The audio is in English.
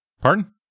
Pardon